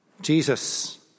Jesus